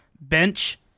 Bench